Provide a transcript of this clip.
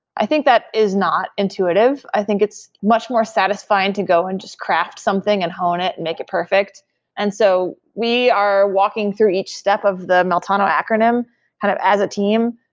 i think that is not intuitive. i think it's much more satisfying to go and just craft something and hone it and make it perfect and so we are walking through each step of the meltano acronym kind of as a team,